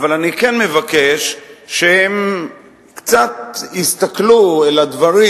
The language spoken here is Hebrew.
אבל אני כן מבקש שהם קצת יסתכלו אל הדברים,